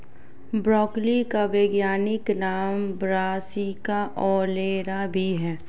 broccoli का वैज्ञानिक नाम ब्रासिका ओलेरा भी है